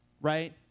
right